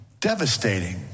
devastating